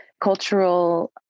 cultural